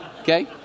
okay